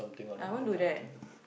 I won't do that